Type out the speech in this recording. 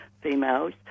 females